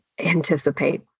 anticipate